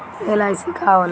LIC का होला?